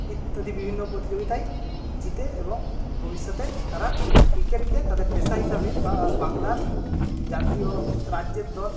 ইত্যাদি বিভিন্ন প্রতিযোগিতায় জিতে এবং ভবিষ্যতে তারা ক্রিকেটকে তাদের পেশা হিসাবে বা বাংলার জাতীয় রাজ্যের দল